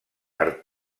per